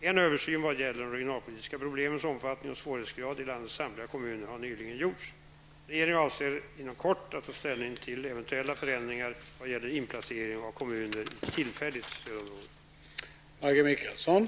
En översyn vad gäller de regionalpolitiska problemens omfattning och svårighetsgrad i landets samtliga kommuner har nyligen gjorts. Regeringen avser inom kort att ta ställning till eventuella förändringar vad gäller inplacering av kommuner i tillfälligt stödområde.